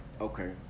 okay